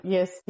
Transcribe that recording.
Yes